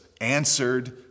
answered